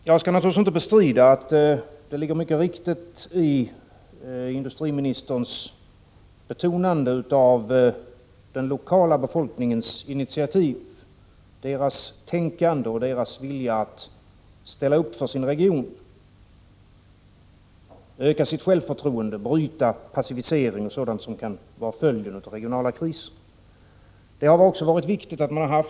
Herr talman! Jag skall naturligtvis inte bestrida att det ligger mycket i industriministerns betonande av den lokala befolkningens initiativ, deras tänkande och deras vilja att ställa upp för sin region, öka sitt självförtroende, bryta passivisering och sådant som kan vara följden av en regional kris.